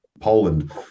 Poland